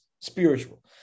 spiritual